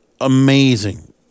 amazing